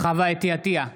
חוה אתי עטייה,